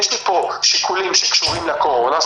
יש לי פה שיקולים שקשורים לקורונה,